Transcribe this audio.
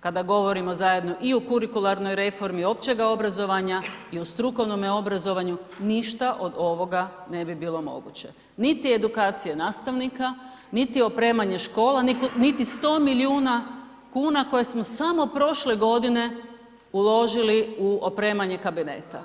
kada govorimo zajedno i o kurikularnoj reformi općega obrazovanja i u strukovnome obrazovanju, ništa od ovoga ne bi bilo moguće, niti edukacije nastavnika, niti opremanje škola, niti 100 milijuna kuna koje smo samo prošle godine uložili u opremanje kabineta.